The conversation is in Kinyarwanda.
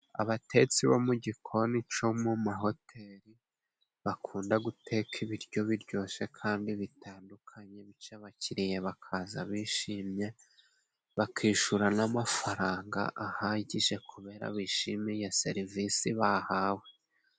Abatetsi bo mu gikoni co mu mahoteli bakunda guteka ibiryo biryoshye kandi bitandukanye. Bityo abakiriya bakaza bishimye bakishura n'amafaranga ahagije kubera bishimiye serivisi bahawe.